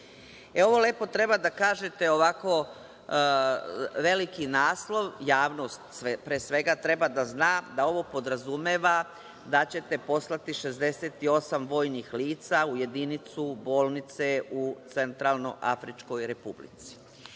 ovo lepo treba da kažete ovako, veliki naslov, javnost, pre svega, treba da zna da ovo podrazumeva da ćete poslati 68 vojnih lica u jedinicu, u bolnice u Centralnoafričkoj Republici. Postavlja